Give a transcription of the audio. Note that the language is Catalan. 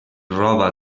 roba